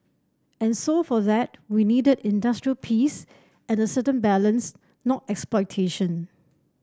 and so for that we needed industrial peace and a certain balance not exploitation